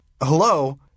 hello